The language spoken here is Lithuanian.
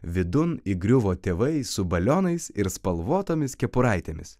vidun įgriuvo tėvai su balionais ir spalvotomis kepuraitėmis